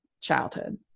childhood